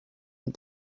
and